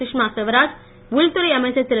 சுஷ்மா ஸ்வராஜ் உள்துறை அமைச்சர் திரு